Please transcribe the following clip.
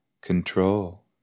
Control